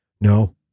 No